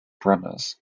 brothers